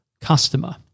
customer